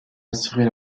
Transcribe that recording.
assurer